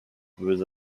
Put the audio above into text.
with